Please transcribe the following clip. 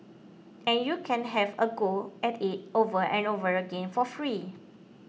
and you can have a go at it over and over again for free